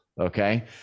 Okay